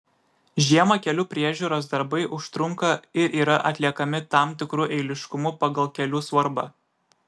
žiemą kelių priežiūros darbai užtrunka ir yra atliekami tam tikru eiliškumu pagal kelių svarbą